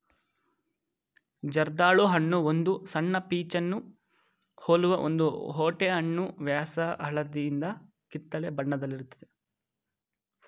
ಜರ್ದಾಳು ಹಣ್ಣು ಒಂದು ಸಣ್ಣ ಪೀಚನ್ನು ಹೋಲುವ ಒಂದು ಓಟೆಹಣ್ಣು ವ್ಯಾಸ ಹಳದಿಯಿಂದ ಕಿತ್ತಳೆ ಬಣ್ಣದಲ್ಲಿರ್ತದೆ